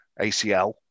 ACL